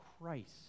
Christ